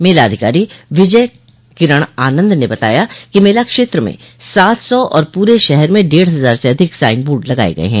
मेला अधिकारी विजय किरण आनन्द ने बताया कि मेला क्षेत्र में सात सौ और पूरे शहर में डेढ़ हजार से अधिक साइन बोर्ड लगाये गये हैं